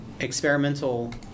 experimental